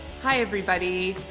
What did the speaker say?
hi everybody,